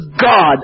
God